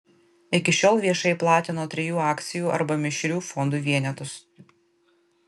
iki šiol viešai platino trijų akcijų arba mišrių fondų vienetus